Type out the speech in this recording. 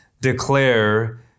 declare